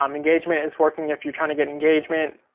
um engagement is working if you're trying to get engagement.